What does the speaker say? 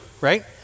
right